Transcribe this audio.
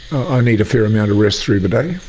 i need a fair amount of rest through the day.